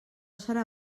serà